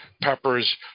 Pepper's